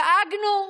דאגנו,